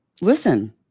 Listen